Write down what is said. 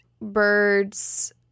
birds